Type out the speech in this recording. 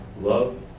Love